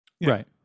Right